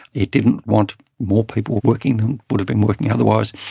it didn't want more people working than would have been working otherwise.